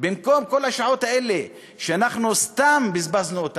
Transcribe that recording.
במקום כל השעות האלה שסתם בזבזנו,